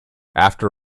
after